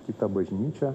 kitą bažnyčią